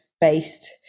based